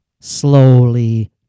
slowly